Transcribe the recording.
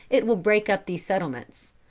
it will break up these settlements.